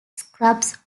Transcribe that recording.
scrubs